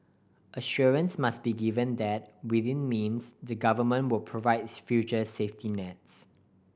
assurance must be given that within means the Government will provides future safety nets